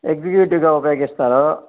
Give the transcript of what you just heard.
ఎగ్జిక్యూటివ్గా ఉపయోగిస్తారు